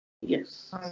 Yes